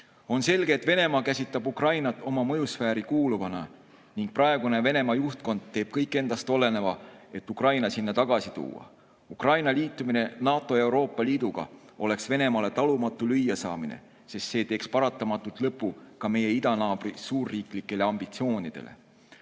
On selge, et Venemaa käsitab Ukrainat oma mõjusfääri kuuluvana ning praegune Venemaa juhtkond teeb kõik endast oleneva, et Ukraina sinna tagasi tuua. Ukraina liitumine NATO ja Euroopa Liiduga oleks Venemaale talumatu lüüasaamine, sest see teeks paratamatult lõpu meie idanaabri suurriiklikele ambitsioonidele.